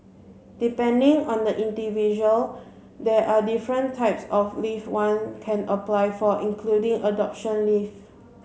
depending on the individual there are different types of leave one can apply for including adoption leave